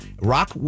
Rock